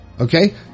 Okay